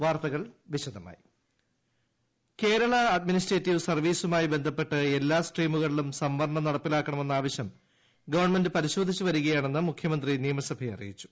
നിയമസഭ പിണറായി അഡ്മിനിസ്ട്രേറ്റീവ് സർവ്വീസുമായി ബന്ധപ്പെട്ട് കേരള എല്ലാ സ്ട്രീമുകളിലും സംവരണം നടപ്പിലാക്കണമെന്ന ആവശ്യം ഗവൺമെന്റ് പരിശോധിച്ചുവരികയാണെന്ന് മുഖ്യമന്ത്രി നിയമസഭയെ അറിയിച്ചു